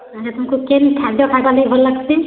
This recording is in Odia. ଆଚ୍ଛା ତମ୍କୁ କେନ୍ ଖାଦ୍ୟ ଖାଇବାର୍ ଲାଗି ଭଲ୍ ଲାଗ୍ସି